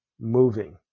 moving